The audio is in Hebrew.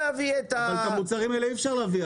אבל את המוצרים האלה אי אפשר להביא.